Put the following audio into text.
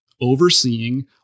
overseeing